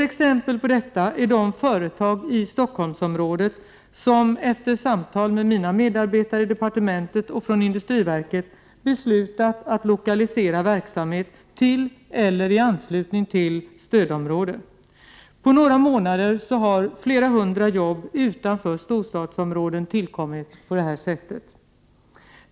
Exempel på detta är de företag i Stockholmsområdet som efter samtal med medarbetare i departementet och från industriverket beslutat att lokalisera verksamhet till eller i anslutning till stödområden. På några månader har flera hundra jobb utanför storstadsområdena tillkommit på det här sättet.